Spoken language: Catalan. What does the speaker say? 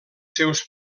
seus